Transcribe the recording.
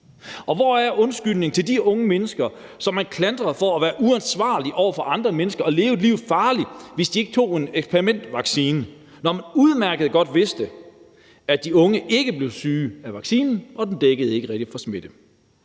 Hvor er undskyldningen til de unge mennesker, som man klandrede for at være uansvarlige over for andre mennesker og leve livet farligt, hvis de ikke tog en eksperimentvaccine? Og det var, selv om man udmærket godt vidste, at de unge ikke blev syge af vaccinen, og at den ikke rigtig dækkede